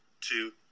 two